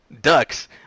ducks